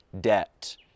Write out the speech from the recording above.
debt